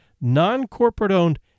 non-corporate-owned